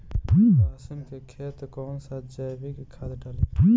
लहसुन के खेत कौन सा जैविक खाद डाली?